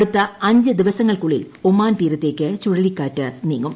അടുത്ത അഞ്ച് ദിവസങ്ങൾക്കുള്ളിൽ ഒമാൻ തീരത്തേക്ക് ചുഴലിക്കാറ്റ് നീങ്ങും